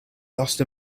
lost